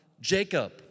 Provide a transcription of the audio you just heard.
Jacob